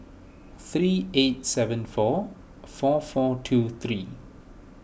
three eight seven four four four two three